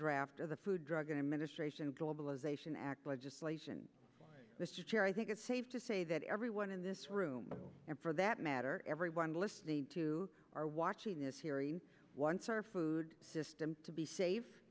draft of the food drug administration globalization act legislation this year i think it's safe to say that everyone in this room and for that matter everyone listening to are watching this hearing once our food system to be sa